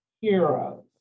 heroes